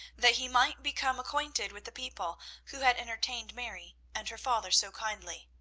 that he might become acquainted with the people who had entertained mary and her father so kindly.